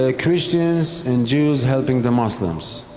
ah christians and jews helping the muslims.